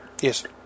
Yes